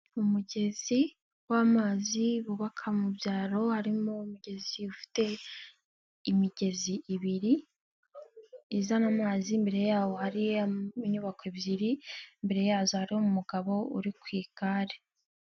Umugezi w'amazi bubaka mu byaro, harimo umigezi ufite imigezi ibiri, izana amazi imbere yaho hari inyubako ebyiri, mbere yazo hari umugabo uri ku igare.